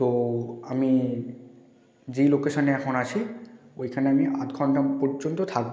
তো আমি যেই লোকেশনে এখন আছি ওইখানে আমি আধ ঘণ্টা পর্যন্ত থাকব